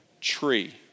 tree